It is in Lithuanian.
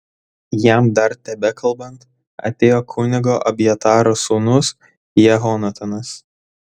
jam dar tebekalbant atėjo kunigo abjataro sūnus jehonatanas